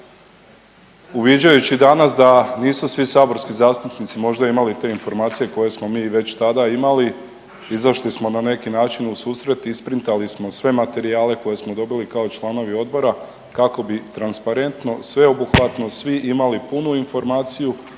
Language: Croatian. Uviđajući danas da nisu svi zastupnici možda imali te informacije koje smo mi već tada imali, izašli smo na neki način u susret, isprintali smo sva materijale dobili kao članovi odbora kako bi transparentno, sveobuhvatno svi imali punu informaciju